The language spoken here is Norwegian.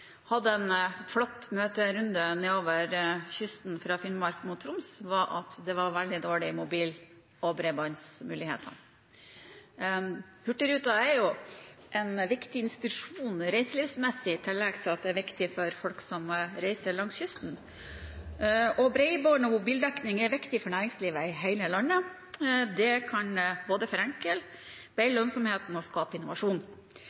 hadde en flott møterunde nedover kysten fra Finnmark mot Troms, var at det var veldig dårlige mobil- og bredbåndsmuligheter. Hurtigruten er jo en viktig institusjon reiselivsmessig i tillegg til at den er viktig for folk som reiser langs kysten, og bredbånd og mobildekning er viktig for næringslivet i hele landet, det kan både forenkle, bedre lønnsomheten og skape innovasjon.